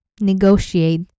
negotiate